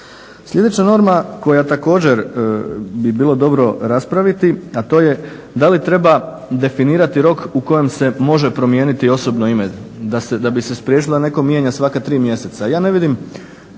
Sljedeća norma koja također bi bilo dobro raspraviti, a to je da li treba definirati rok u kojem se može promijeniti osobno ime da bi se spriječilo da neko mijenja svaka tri mjeseca. Ja ne vidim